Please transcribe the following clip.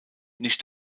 nicht